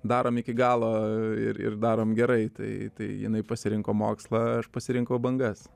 darom iki galo ir ir darom gerai tai tai jinai pasirinko mokslą aš pasirinkau bangas